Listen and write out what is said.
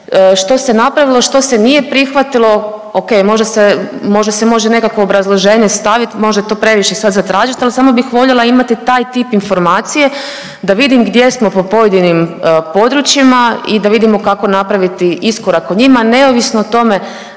što se napravilo, što se nije prihvatilo. Ok, možda se može nekakvo obrazloženje stavit, možda je to previše sad za tražit, al samo bih voljela imati taj tip informacije da vidim gdje smo po pojedinim područjima i da vidimo kako napraviti iskorak o njima, neovisno o tome